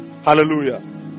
Hallelujah